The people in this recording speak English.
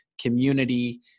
community